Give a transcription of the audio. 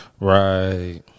Right